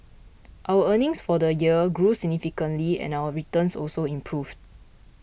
our earnings for the year grew significantly and our returns also improved